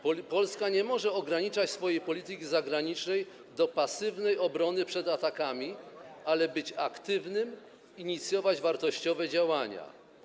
Polska nie może ograniczać swojej polityki zagranicznej do pasywnej obrony przed atakami, ale powinna być aktywna, inicjować wartościowe działania.